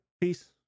Peace